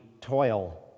toil